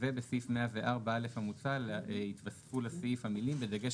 בסעיף 104(א) המוצע יתווספו לסעיף המילים "ודגש